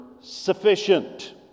sufficient